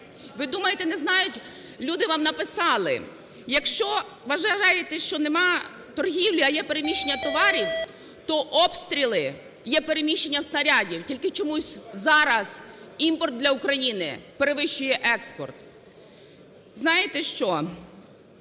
Ви думаєте, не знають... Люди вам написали: якщо вважаєте, що нема торгівлі, а є переміщення товарів, то обстріли є переміщенням снарядів. Тільки чомусь зараз імпорт для України перевищує експорт. Знаєте що,